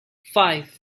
five